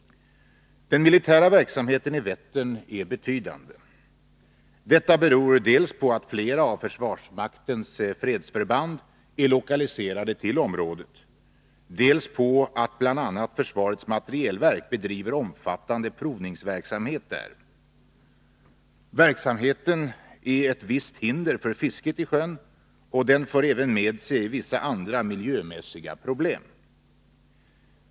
Den militära verksamheten i Vättern är betydande. Detta beror dels på att flera av försvarsmaktens fredsförband är lokaliserade till området, dels på att bl.a. försvarets materielverk bedriver omfattande provningsverksamhet där. Verksamheten är ett visst hinder för fisket i sjön, och den för även med sig vissa andra miljömässiga problem.